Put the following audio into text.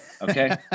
Okay